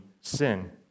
sin